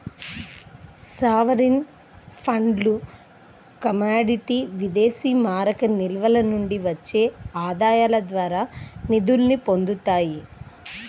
sovereign ఫండ్లు commodity విదేశీమారక నిల్వల నుండి వచ్చే ఆదాయాల ద్వారా నిధుల్ని పొందుతాయి